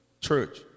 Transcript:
church